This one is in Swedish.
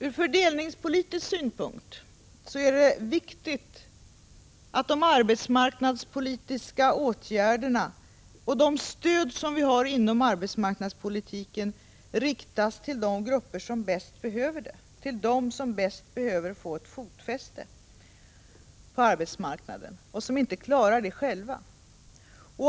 Ur fördelningspolitisk synpunkt är det viktigt att de arbetsmarknadspolitiska åtgärderna och de stöd som vi har inom arbetsmarknadspolitiken riktas till de grupper som bäst behöver få ett fotfäste på arbetsmarknaden och inte klarar det själva.